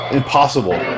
impossible